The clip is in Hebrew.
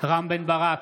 רם בן ברק,